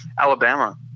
Alabama